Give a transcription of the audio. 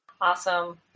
Awesome